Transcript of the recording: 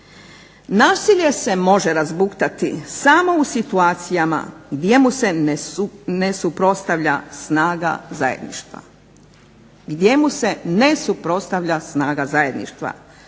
Nasilje se može razbuktati samo u situacijama gdje mu se ne suprotstavlja snaga zajedništva,